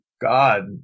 God